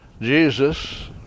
Jesus